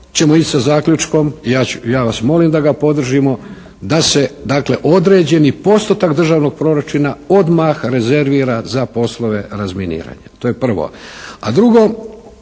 ćemo ići sa zaključkom, ja vas molim da ga podržimo da se dakle određeni postotak državnog proračuna odmah rezervira za poslove razminiranja. To je prvo. A drugo,